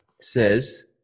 says